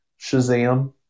Shazam